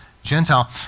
Gentile